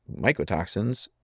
mycotoxins